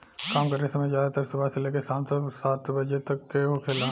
काम करे समय ज्यादातर सुबह से लेके साम सात बजे तक के होखेला